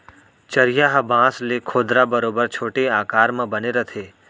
चरिहा ह बांस ले खोदरा बरोबर छोटे आकार म बने रथे